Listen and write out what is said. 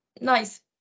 nice